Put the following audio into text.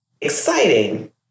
exciting